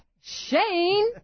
Shane